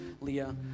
Leah